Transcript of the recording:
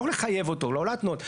לא לחייב אותו, לא להתנות.